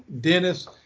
Dennis